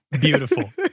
Beautiful